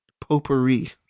potpourri